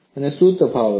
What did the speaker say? અને શું તફાવત છે